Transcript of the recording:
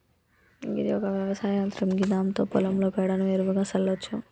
గిది ఒక వ్యవసాయ యంత్రం గిదాంతో పొలంలో పేడను ఎరువుగా సల్లచ్చు